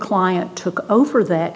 client took over that